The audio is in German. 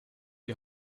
die